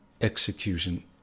Execution